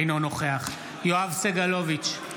אינו נוכח יואב סגלוביץ'